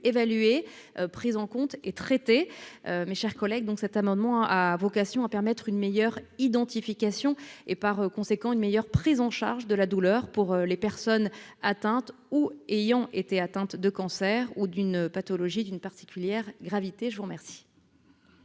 évaluée prise en compte et traitées, mes chers collègues, donc, cet amendement a vocation à permettre une meilleure identification et, par conséquent, une meilleure prise en charge de la douleur pour les personnes atteintes ou ayant été atteintes de cancer ou d'une pathologie d'une particulière gravité, je vous remercie.